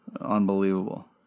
Unbelievable